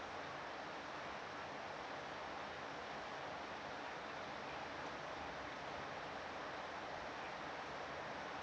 uh